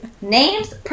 Names